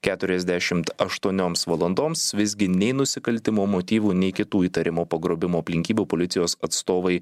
keturiasdešimt aštuonioms valandoms visgi nei nusikaltimo motyvų nei kitų įtarimo pagrobimo aplinkybių policijos atstovai